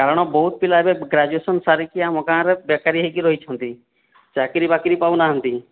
କାରଣ ବହୁତ ପିଲା ଏବେ ଗ୍ରାଜୁଏସନ ସାରିକି ଆମ ଗାଁରେ ବେକାରୀ ହୋଇକି ରହିଛନ୍ତି ଚାକିରୀ ବାକିରି ପାଉନାହାନ୍ତି